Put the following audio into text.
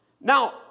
Now